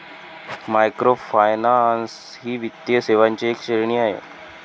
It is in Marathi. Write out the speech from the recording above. मायक्रोफायनान्स ही वित्तीय सेवांची एक श्रेणी आहे